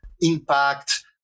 impact